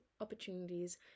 opportunities